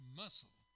muscle